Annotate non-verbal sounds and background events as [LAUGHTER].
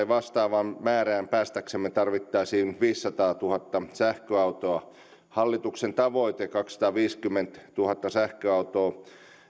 [UNINTELLIGIBLE] vastaavaan määrään päästäksemme tarvittaisiin viisisataatuhatta sähköautoa hallituksen tavoite kaksisataaviisikymmentätuhatta sähköautoa